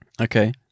Okay